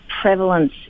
prevalence